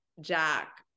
jack